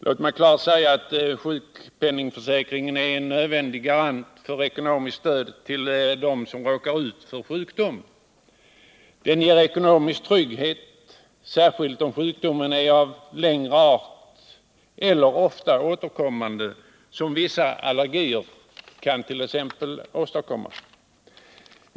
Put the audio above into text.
Låt mig klart säga att sjukförsäkringen är en nödvändig garant för ekonomiskt stöd till dem som råkar ut för sjukdom. Den ger ekonomisk trygghet, särskilt om sjukdomen är långvarig eller ofta återkommande såsom är fallet exempelvis i fråga om vissa allergier.